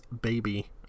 baby